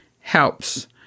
helps